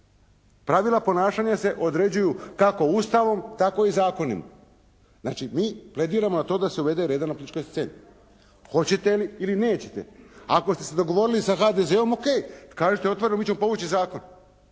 Pravila ponašanja se određuju kako Ustavom tako i zakonima. Znači mi plediramo na to da se uvede reda na političkoj sceni. Hoćete li ili neće. Ako ste se dogovorili sa HDZ-om o.k. kažite otvoreno, mi ćemo povući zakon.